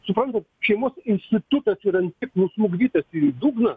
suprantat šeimos institutas yra ant tiek nusmugdytas į dugną